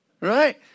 right